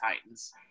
Titans